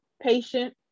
patient